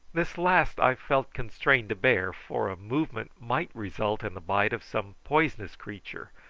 this last i felt constrained to bear, for a movement might result in the bite of some poisonous creature,